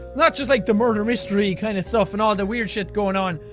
not just like the murder mystery kind of stuff and the weird shit going on.